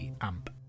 amp